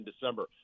December